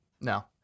No